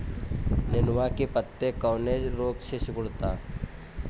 नेनुआ के पत्ते कौने रोग से सिकुड़ता?